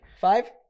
Five